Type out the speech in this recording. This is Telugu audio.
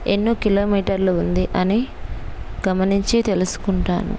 ఎన్నో కిలోమీటర్లు ఉంది అని గమనించి తెలుసుకుంటాను